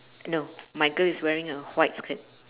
no my girl is wearing a white skirt